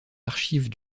archives